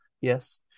Yes